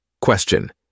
Question